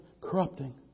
corrupting